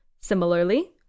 Similarly